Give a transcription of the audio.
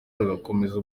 bagakomeza